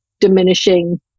diminishing